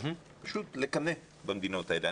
פשוט לקנא במדינות האלה.